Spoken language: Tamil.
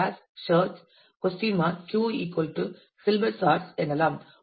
q silberschatz எனலாம்